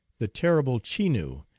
the terrible chenoo,